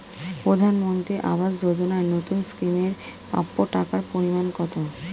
প্রধানমন্ত্রী আবাস যোজনায় নতুন স্কিম এর প্রাপ্য টাকার পরিমান কত?